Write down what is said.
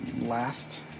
Last